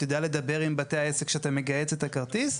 יודע לדבר עם בתי העסק כשאתה מגהץ את הכרטיס,